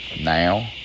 Now